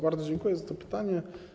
Bardzo dziękuję za to pytanie.